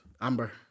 Amber